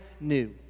new